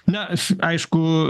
mes aišku